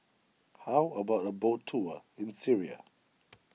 how about a boat tour in Syria